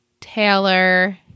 Taylor